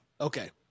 Okay